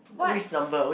what's